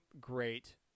great